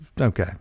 Okay